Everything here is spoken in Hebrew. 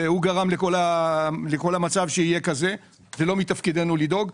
הוא גרם לכל המצב שיהיה כזה וזה לא מתפקידנו לדאוג.